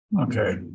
Okay